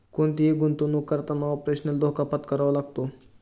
कोणतीही गुंतवणुक करताना ऑपरेशनल धोका पत्करावा लागतो